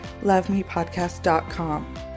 lovemepodcast.com